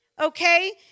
Okay